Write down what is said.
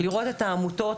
לראות את העמותות,